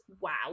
wow